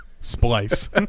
Splice